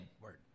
Word